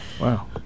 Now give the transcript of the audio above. Wow